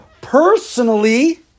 personally